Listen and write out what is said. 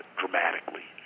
dramatically